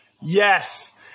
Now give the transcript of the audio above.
Yes